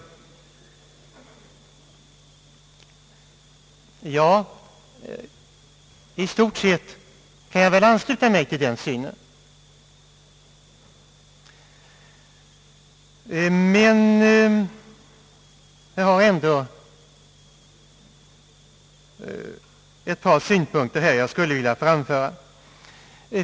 I stort sett kan jag väl ansluta mig till den meningen, men jag har ändå ett par synpunkter som jag skulle vilja framföra.